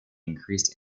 increased